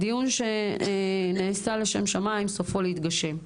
דיון שנעשה לשם שמיים סופו להתגשם.